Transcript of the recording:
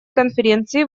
конференции